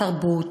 התרבות,